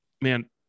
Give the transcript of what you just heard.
man